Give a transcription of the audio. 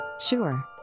Sure